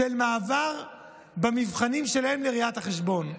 במעבר המבחנים לראיית חשבון.